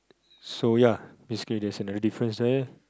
so ya basically there another difference there